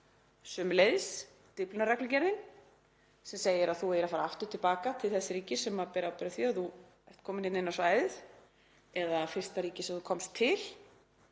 Sömuleiðis Dyflinnarreglugerðin sem segir að þú eigir að fara aftur til baka til þess ríkis sem ber ábyrgð á því að þú ert kominn inn á svæðið eða fyrsta ríkisins sem þú komst til.